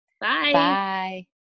bye